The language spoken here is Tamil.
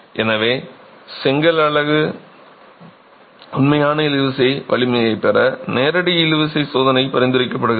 எனவே செங்கல் அலகு உண்மையான இழுவிசை வலிமையைப் பெற நேரடி இழுவிசை சோதனை பரிந்துரைக்கப்படுகிறது